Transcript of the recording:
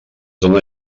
dóna